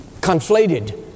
conflated